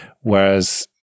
Whereas